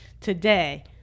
today